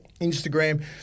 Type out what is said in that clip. Instagram